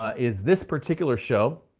ah is this particular show,